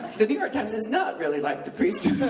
the new york times is not really like the priesthood,